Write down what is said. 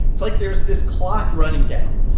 it's like there's this clock running down.